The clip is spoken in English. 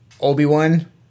Obi-Wan